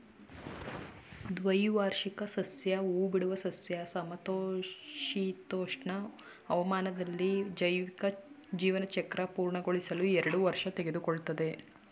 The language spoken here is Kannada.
ದ್ವೈವಾರ್ಷಿಕ ಸಸ್ಯ ಹೂಬಿಡುವ ಸಸ್ಯ ಸಮಶೀತೋಷ್ಣ ಹವಾಮಾನದಲ್ಲಿ ಜೈವಿಕ ಜೀವನಚಕ್ರ ಪೂರ್ಣಗೊಳಿಸಲು ಎರಡು ವರ್ಷ ತೆಗೆದುಕೊಳ್ತದೆ